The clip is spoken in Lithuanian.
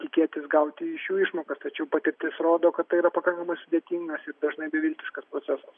tikėtis gauti iš jų išmokas tačiau patirtis rodo kad tai yra pakankamai sudėtingas ir dažnai beviltiškas procesas